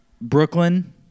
Brooklyn